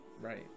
right